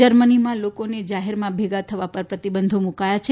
જર્મનીમાં લોકોને જાહેરમાં ભેગા થવા પર પ્રતિબંધો મુકાયો છે